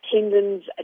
tendons